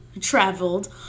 traveled